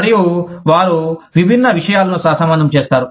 మరియు వారు విభిన్న విషయాలను సహసంబంధం చేస్తారు